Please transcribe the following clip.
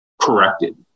corrected